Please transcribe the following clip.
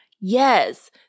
yes